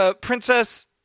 Princess